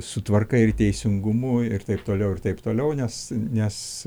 su tvarka ir teisingumu ir taip toliau ir toliau toliau nes nes